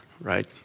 right